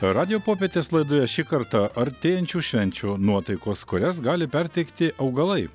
radijo popietės laidoje šį kartą artėjančių švenčių nuotaikos kurias gali perteikti augalai